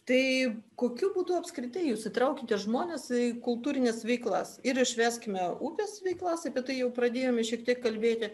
tai kokiu būdu apskritai jūs įtraukiate žmones į kultūrines veiklas ir į švęskime upės veiklas apie tai jau pradėjome šiek tiek kalbėti